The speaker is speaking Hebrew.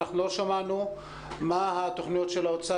אנחנו לא שמענו מה התכניות של האוצר